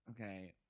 okay